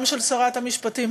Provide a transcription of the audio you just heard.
גם של שרת המשפטים,